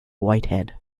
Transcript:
whitehead